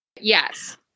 Yes